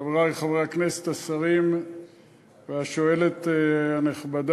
חברי חברי הכנסת, השרים והשואלת הנכבדה,